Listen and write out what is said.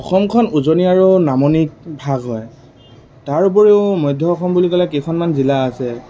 অসমখন উজনি আৰু নামনিক ভাগ হয় তাৰ উপৰিও মধ্য অসম বুলি ক'লে কেইখনমান জিলা আছে